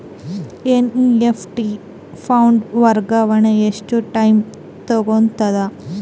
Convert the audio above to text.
NEFT fund ವರ್ಗಾವಣೆ ಎಷ್ಟ time ತೋಗೊತದ?